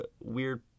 weird